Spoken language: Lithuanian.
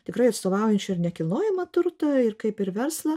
tikrai atstovaujančio ir nekilnojamą turtą ir kaip ir verslą